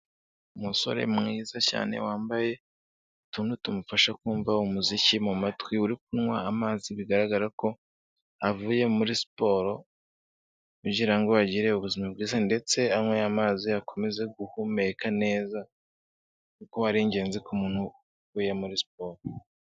Umusore mwiza cyane wambaye utuntu tumufasha kumva umuziki mu matwi, uri kunywa amazi bigaragara ko avuye muri siporo, kugira ngo agire ubuzima bwiza ndetse anywe amazi akomeze guhumeka neza, kuko ari ingenzi ku muntu uvuye muri siporo.